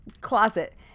closet